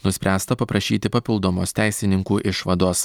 nuspręsta paprašyti papildomos teisininkų išvados